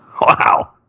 Wow